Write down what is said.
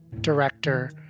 director